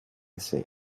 say